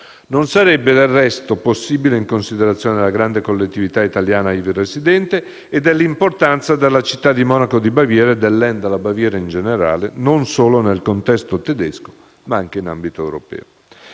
Non sarebbe del resto possibile in considerazione della grande collettività italiana ivi residente e dell'importanza della città di Monaco di Baviera e del Land, la Baviera in generale, non solo nel contesto tedesco, ma anche in ambito europeo.